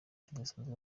kidasanzwe